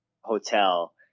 Hotel